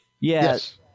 yes